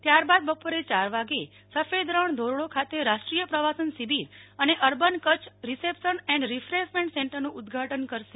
ત્યાર બાદ બપોરે યાર વાગે સફેદ રણ ધોરડો ખાતે રાષ્ટ્રીય પ્રવાસન શિબિર અને urban Kutch reception and refreshment સેન્ટરનું ઉદ્દઘાટન કરશે